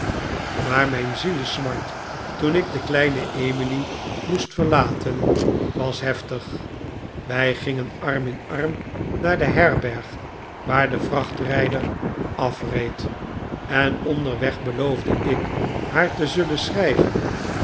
maar mijn zielesmart toen ik de kleine emily moest verlaten was heftig wij gingen arm in arm naar de herberg waar de vrachtrijder afreed en onderweg beloofde ik haar te zullen schrijven